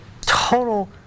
total